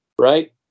right